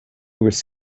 was